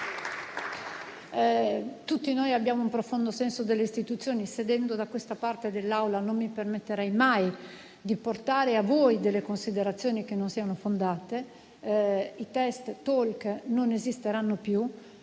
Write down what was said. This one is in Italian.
Tutti noi abbiamo un profondo senso delle istituzioni e, sedendo da questa parte dell'Aula, non mi permetterei mai di portare a voi delle considerazioni che non siano fondate. I test *on line* CISIA (TOLC) non esisteranno più,